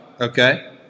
okay